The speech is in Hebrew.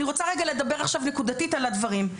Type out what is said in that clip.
אני רוצה לדבר נקודתית על הדברים.